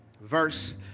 verse